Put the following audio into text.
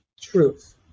truth